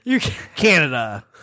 Canada